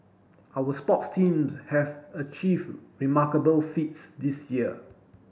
our sports team have achieve remarkable feats this year